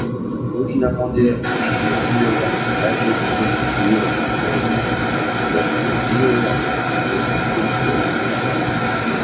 užnemunėje ir žemaitijoje medžiai visur it jūra niūksojo bet dzūkijoje tikrų miškų buvo mažai